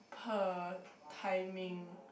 per timing